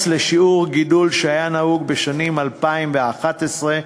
לשיעור גידול שהיה נהוג בשנים 2011 2013,